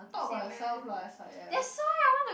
talk about yourself lah S_I_M